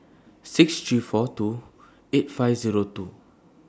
six three four two eight five Zero two